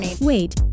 Wait